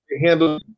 handle